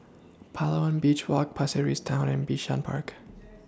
Palawan Beach Walk Pasir Ris Town and Bishan Park